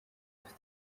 afite